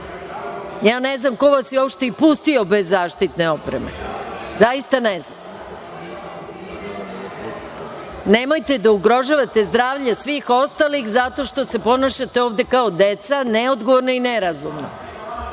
Ja ne znam ko vas je uopšte i pustio bez zaštitne opreme. Zaista ne znam. Nemojte da ugrožavate zdravlje svih ostalih zato što se ponašate ovde kao deca, neodgovorno i nerazumno.